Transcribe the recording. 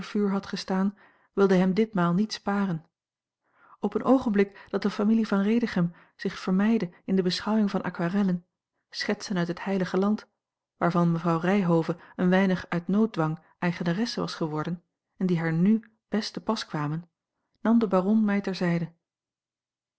vuur had gestaan wilde hem ditmaal niet sparen op een oogenblik dat de familie van redichem zich vermeide in de beschouwing van aquarellen schetsen uit het heilige land waarvan mevrouw ryhove een weinig uit nooddwang eigenaresse was geworden en die haar n best te pas kwamen nam de baron mij ter zijde